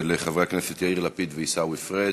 של חברי הכנסת יאיר לפיד ועיסאווי פריג'.